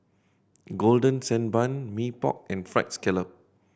Golden Sand Bun Mee Pok and Fried Scallop